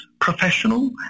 professional